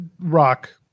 Rock